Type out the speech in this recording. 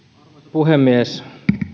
puhemies